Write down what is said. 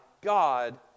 God